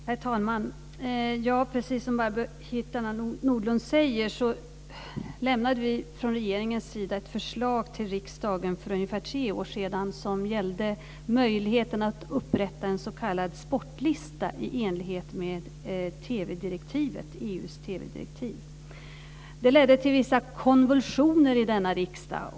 Herr talman! Precis som Barbro Hietala Nordlund säger lämnade vi från regeringens sida till riksdagen för ungefär tre år sedan ett förslag som gällde möjligheten att upprätta en s.k. sportlista i enlighet med EU:s TV-direktiv. Det ledde till vissa konvulsioner i denna riksdag.